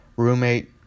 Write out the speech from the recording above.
roommate